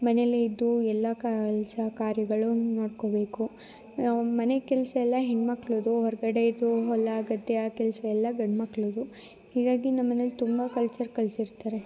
ಮನೆಯಲ್ಲೇ ಇದ್ದು ಎಲ್ಲ ಕೆಲಸ ಕಾರ್ಯಗಳು ನೋಡಿಕೊಬೇಕು ನಾವು ಮನೆ ಕೆಲಸ ಎಲ್ಲ ಹೆಣ್ಮಕ್ಕಳದು ಹೊರಗಡೆದು ಹೊಲ ಗದ್ದೆ ಆ ಕೆಲಸ ಎಲ್ಲ ಗಂಡ್ಮಕ್ಕಳದು ಹೀಗಾಗಿ ನಮ್ಮಮನೆಯಲ್ ತುಂಬ ಕಲ್ಚರ್ ಕಲಿಸಿರ್ತಾರೆ